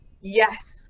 yes